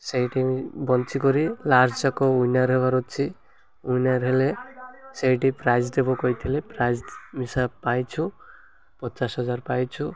ସେଇଠି ବଞ୍ଚି କରି ଲାଷ୍ଟ ଯାକ ୱିନର୍ ହେବାର ଅଛି ୱିନର୍ ହେଲେ ସେଇଠି ପ୍ରାଇଜ୍ ଦେବ କହିଥିଲେ ପ୍ରାଇଜ୍ ମିଶା ପାଇଛୁ ପଚାଶ ହଜାର ପାଇଛୁ